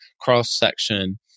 cross-section